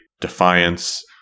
Defiance